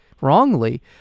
wrongly